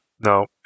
Now